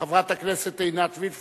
חברת הכנסת עינת וילף,